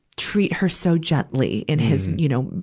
treat her so gently in his, you know,